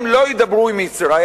הם לא ידברו עם ישראל